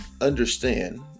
understand